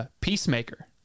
Peacemaker